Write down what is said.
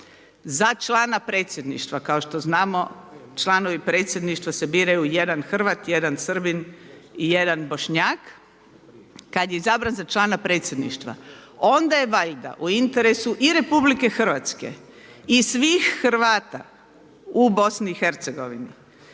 za člana predsjedništva kao što znamo članovi predsjedništava se biraju jedan Hrvat, jedan Srbin i jedan Bošnjak, kad je izabran za člana predsjedništva onda je valja u interesu i RH i svih Hrvata u BiH